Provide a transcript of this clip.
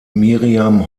miriam